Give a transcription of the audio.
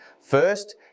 First